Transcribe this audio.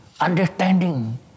understanding